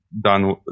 done